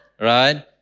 right